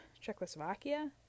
Czechoslovakia